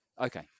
Okay